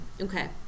Okay